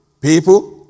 People